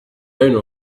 owner